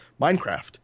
Minecraft